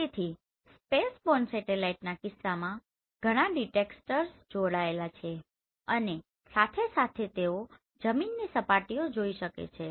તેથી સ્પેસબોર્ન સેટેલાઇટના કિસ્સામાં ઘણા ડિટેક્ટર્સ જોડાયેલા છે અને સાથે સાથે તેઓ જમીનની સપાટીઓ જોઈ શકે છે